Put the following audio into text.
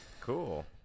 Cool